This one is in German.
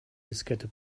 diskette